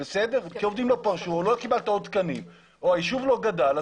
או לא קיבלת עוד תקנים או כי היישוב לא גדל,